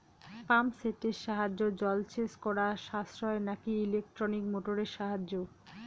Pump সেটের সাহায্যে জলসেচ করা সাশ্রয় নাকি ইলেকট্রনিক মোটরের সাহায্যে?